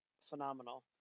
phenomenal